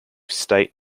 state